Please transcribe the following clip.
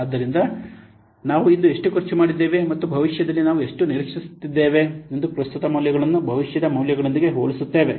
ಆದ್ದರಿಂದ ನಾವು ಇಂದು ಎಷ್ಟು ಖರ್ಚು ಮಾಡಿದ್ದೇವೆ ಮತ್ತು ಭವಿಷ್ಯದಲ್ಲಿ ನಾವು ಎಷ್ಟು ನಿರೀಕ್ಷಿಸುತ್ತಿದ್ದೇವೆ ಎಂದು ಪ್ರಸ್ತುತ ಮೌಲ್ಯಗಳನ್ನು ಭವಿಷ್ಯದ ಮೌಲ್ಯಗಳೊಂದಿಗೆ ಹೋಲಿಸುತ್ತೇವೆ